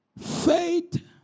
Faith